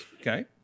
okay